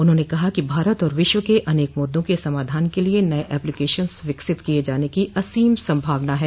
उन्होंने कहा कि भारत और विश्व के अनेक मुद्दों के समाधान के लिये नये ऐप्लिकेशन्स विकसित किये जाने की असीम संभावना है